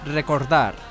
Recordar